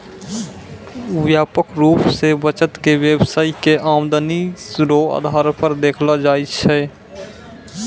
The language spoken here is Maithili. व्यापक रूप से बचत के व्यवसाय के आमदनी रो आधार पर देखलो जाय छै